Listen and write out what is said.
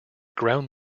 ground